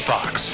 Fox